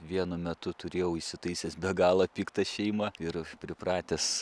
vienu metu turėjau įsitaisęs be galo piktą šeimą ir pripratęs